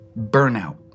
burnout